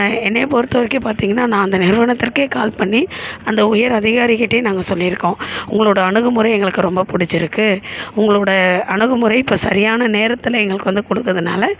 என்னை பொறுத்த வரைக்கும் பார்த்திங்கன்னா நான் அந்த நிறுவனத்திற்கே கால் பண்ணி அந்த உயர் அதிகாரி கிட்டேயே நாங்கள் சொல்லி இருக்கோம் உங்களோடய அணுகுமுறை எங்களுக்கு ரொம்ப பிடிச்சி இருக்குது உங்களோடய அணுகுமுறை இப்போ சரியான நேரத்தில் எங்களுக்கு வந்து கொடுக்குறதுனால